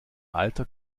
alter